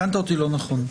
הבנת אותי לא נכון.